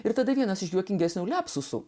ir tada vienas iš juokingesnių liapsusų